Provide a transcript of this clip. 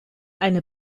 eine